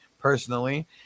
personally